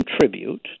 contribute